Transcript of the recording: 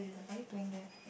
are you playing then